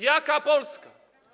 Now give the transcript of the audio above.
Jaka Polska?